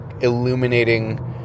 illuminating